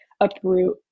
uproot